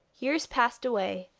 years passed away,